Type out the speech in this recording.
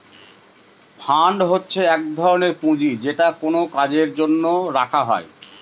fund হচ্ছে এক ধরনের পুঁজি যেটা কোনো কাজের জন্য রাখা হয়